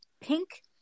pink